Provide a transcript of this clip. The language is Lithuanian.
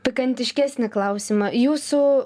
pikantiškesnį klausimą jūsų